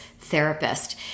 therapist